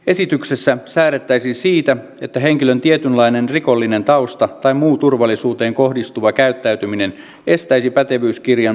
esityksessä säädettäisiin siitä että henkilön tietynlainen rikollinen tausta tai muu turvallisuuteen kohdistuva käyttäytyminen estäisi pätevyyskirjan myöntämisen